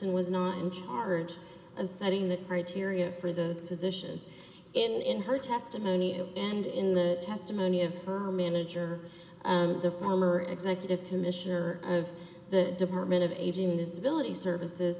henderson was not in charge of setting the criteria for those positions and in her testimony and in the testimony of her manager the former executive commissioner of the department of aging disability services